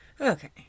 okay